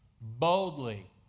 Boldly